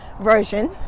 version